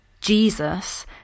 Jesus